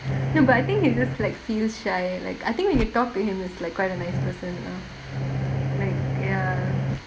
no but I think he's just like feels shy like I think when you talk to him he's like quite a nice person ah like ya